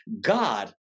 god